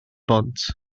bont